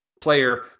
player